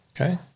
Okay